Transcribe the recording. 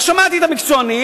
אז שמעתי את המקצוענים,